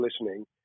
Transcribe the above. listening